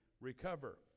recover